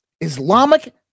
islamic